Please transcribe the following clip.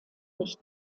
nicht